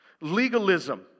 Legalism